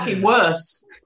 worse